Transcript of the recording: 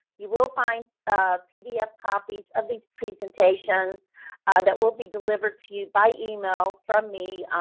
you will find pdf copies of these presentations that will be delivered to you by email from me